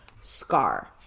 Scar